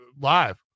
live